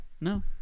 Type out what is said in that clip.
No